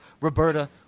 Roberta